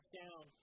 down